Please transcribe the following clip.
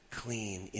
clean